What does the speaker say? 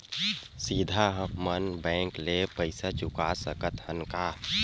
सीधा हम मन बैंक ले पईसा चुका सकत हन का?